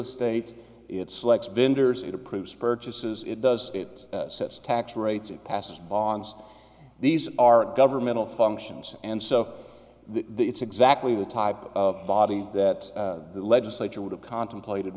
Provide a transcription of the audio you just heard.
estate it's like vendors it approves purchases it does it sets tax rates it passes bonds these are governmental functions and so the it's exactly the type of body that the legislature would have contemplated